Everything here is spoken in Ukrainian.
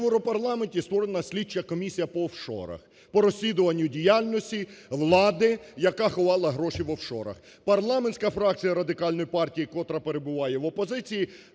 Доброго дня!